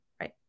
Right